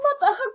mother